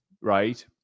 right